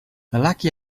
lelaki